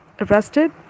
arrested